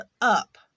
up